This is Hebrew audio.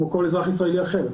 כמו כל אזרח ישראלי אחר.